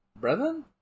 brethren